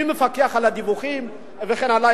מי מפקח על הדיווחים וכן הלאה.